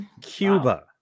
Cuba